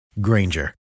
Granger